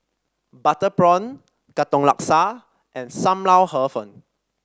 Butter Prawn Katong Laksa and Sam Lau Hor Fun